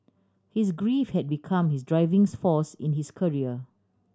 his grief had become his drivings force in his career